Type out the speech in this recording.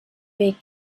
weg